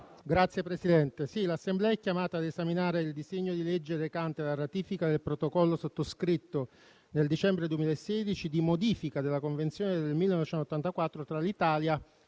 Signor Presidente, l'Assemblea è chiamata ad esaminare il disegno di legge recante ratifica del Protocollo sottoscritto nel dicembre 2016 di modifica della Convenzione del 1984 tra l'Italia e l'Ecuador